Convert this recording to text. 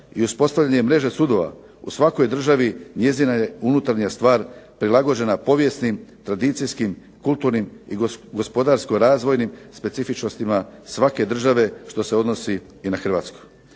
i uspostavljanje mreže sudova u svakoj državi njezina je unutarnja stvar prilagođena povijesnim, tradicijskim, kulturnim i gospodarsko-razvojnim specifičnostima svake države što se odnosi i na Hrvatsku.